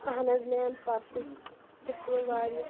اہن حظ میم پَرسُچ پٮ۪ٹھ پیٚو واریاہ